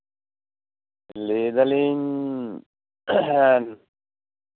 ᱞᱟᱹᱭ ᱫᱟᱞᱤᱧ